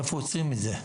איפה עוצרים את זה?